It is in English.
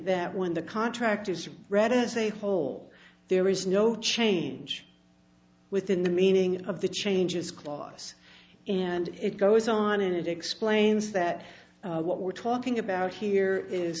that when the contractors read it as a whole there is no change within the meaning of the changes clause and it goes on and explains that what we're talking about here is